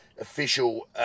official